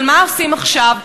אבל מה עושים עכשיו?